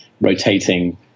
rotating